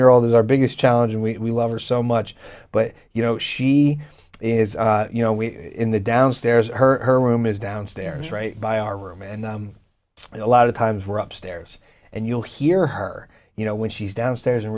year old is our biggest challenge and we love her so much but you know she is you know we in the downstairs of her room is downstairs right by our room and a lot of times we're up stairs and you'll hear her you know when she's downstairs and